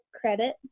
credit